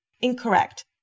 incorrect